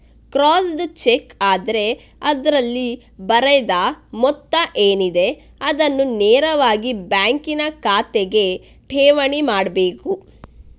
crossed cheque ಆದ್ರೆ ಅದ್ರಲ್ಲಿ ಬರೆದ ಮೊತ್ತ ಏನಿದೆ ಅದನ್ನ ನೇರವಾಗಿ ಬ್ಯಾಂಕಿನ ಖಾತೆಗೆ ಠೇವಣಿ ಮಾಡ್ಬೇಕು